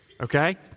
Okay